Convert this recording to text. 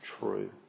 true